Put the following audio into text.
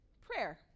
prayer